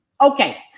Okay